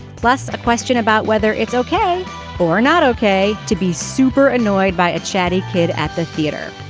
plus a question about whether it's ok or not ok to be super annoyed by a chatty kid at the theater.